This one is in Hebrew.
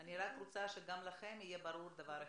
אני רק רוצה שגם לכם יהיה ברור דבר אחד,